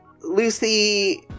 lucy